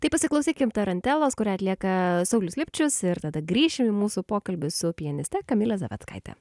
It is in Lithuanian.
tai pasiklausykim tarantelos kurią atlieka saulius lipčius ir tada grįšim į mūsų pokalbį su pianiste kamile zaveckaite